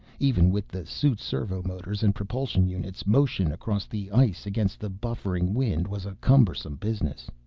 even with the suit's servomotors and propulsion units, motion across the ice, against the buffeting wind, was a cumbersome business.